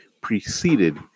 preceded